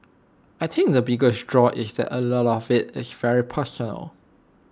I think the biggest draw is that A lot of IT is very personal